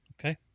okay